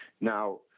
Now